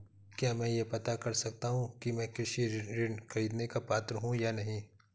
क्या मैं यह पता कर सकता हूँ कि मैं कृषि ऋण ख़रीदने का पात्र हूँ या नहीं?